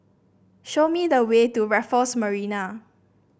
show me the way to Raffles Marina